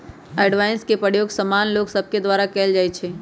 avoidance के प्रयोग सामान्य लोग सभके द्वारा कयल जाइ छइ